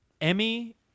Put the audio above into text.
Emmy